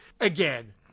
Again